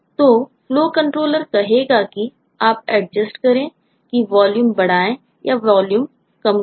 तो FlowController कहेगा कि आप adjust करें कि वॉल्यूम बढ़ाएँ या वॉल्यूम कम करें